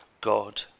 God